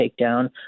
takedown